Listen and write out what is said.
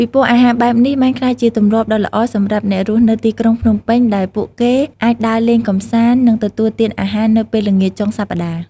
ពិព័រណ៍អាហារបែបនេះបានក្លាយជាទម្លាប់ដ៏ល្អសម្រាប់អ្នករស់នៅទីក្រុងភ្នំពេញ ដែលពួកគេអាចដើរលេងកម្សាន្ត និងទទួលទានអាហារនៅពេលល្ងាចចុងសប្ដាហ៍។